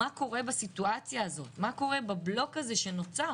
מה קורה בסיטואציה הזאת, מה קורה בבלוק הזה שנוצר.